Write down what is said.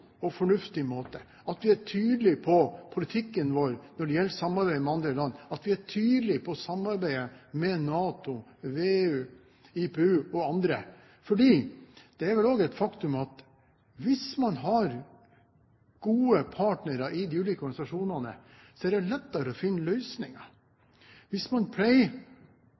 og fornuftig måte, at vi er tydelig på politikken vår når det gjelder samarbeid med andre land, at vi er tydelig på samarbeidet med NATO, VEU, IPU og andre fordi det også er et faktum at hvis man har gode partnere i de ulike organisasjonene, er det lettere å finne løsninger. Hvis man pleier